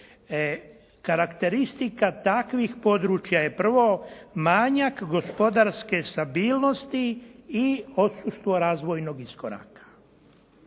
Karakteristika takvih područja je prvo manjak gospodarske stabilnosti i odsustvo razvojnog iskoraka.